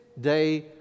day